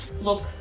Look